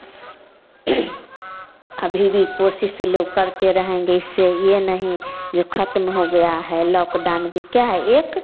अभी भी कोशिश लोग करते रहेंगे इससे यह नहीं जो खत्म हो गया है लॉक डान भी क्या है एक